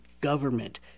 government